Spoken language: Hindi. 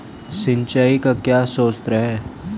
सिंचाई के क्या स्रोत हैं?